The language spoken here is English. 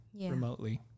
remotely